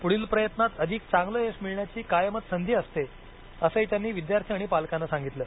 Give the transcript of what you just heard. पुढील प्रयत्नात अधिक चांगलं यश मिळण्याची कायमच संधी असते असंही त्यांनी विद्यार्थी आणि पालकांना सांगितलं